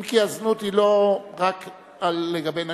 אם כי הזנות היא לא רק לגבי נשים.